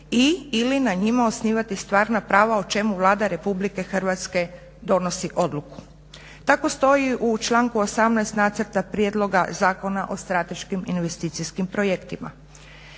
ili na njima osnivati stvarna prava o čemu Vlada Republike Hrvatske donosi odluku. Tako stoji u članku 18. Nacrta prijedloga zakona o strateškim investicijskim projektima.